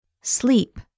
Sleep